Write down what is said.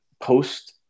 post